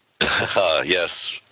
Yes